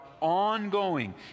ongoing